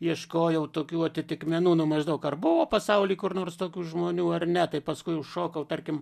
ieškojau tokių atitikmenų nu maždaug ar buvo pasaulyje kur nors tokių žmonių ar ne taip paskui užšokau tarkim